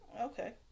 Okay